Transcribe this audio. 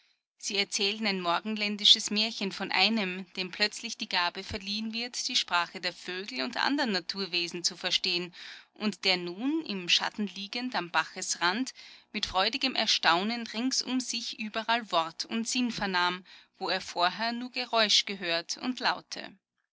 sie erzählen ein morgenländisches märchen von einem dem plötzlich die gabe verliehen ward die sprache der vögel und andern naturwesen zu verstehen und der nun im schatten liegend am bachesrand mit freudigem erstaunen rings um sich überall wort und sinn vernahm wo er vorher nur geräusch gehört und laute